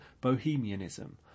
bohemianism